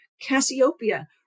Cassiopeia